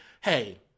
hey